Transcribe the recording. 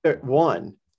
One